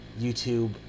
youtube